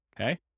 okay